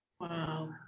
Wow